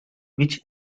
which